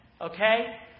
okay